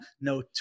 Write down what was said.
no